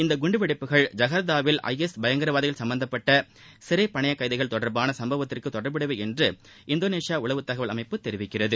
இந்த குண்டுவெடிப்புகள் ஜகர்த்தாவில் ஐஎஸ் பயங்கரவாதிகள் சும்பந்தப்பட்ட சிறை பணயக் கைதிகள் தொடர்பாள சம்பவத்துக்கு தொடர்புடையவை என்று இந்தோனேஷியா உளவுத் தகவல் அமைப்பு தெரிவிக்கிறது